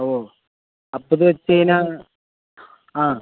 ഓ അപ്പോൾ ഇത് വച്ചു കഴിഞ്ഞാൽ ആ